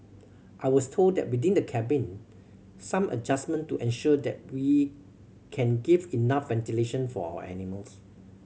I was told that within the cabin some adjustment to ensure that we can give enough ventilation for our animals